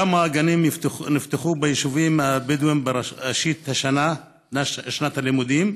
2. כמה גנים נפתחו ביישובים הבדואיים בראשית שנת הלימודים?